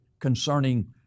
concerning